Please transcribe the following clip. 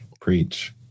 Preach